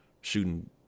shooting